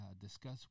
discuss